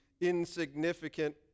insignificant